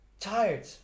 tired